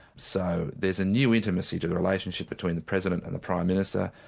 so there's a new intimacy to the relationship between the president and the prime minister.